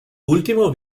último